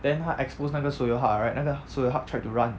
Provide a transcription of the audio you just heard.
then 他 expose 那个 seo yong hak right 那个 seo yong hak tried to run